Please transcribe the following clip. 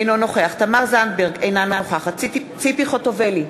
אינו נוכח תמר זנדברג, אינה נוכחת ציפי חוטובלי,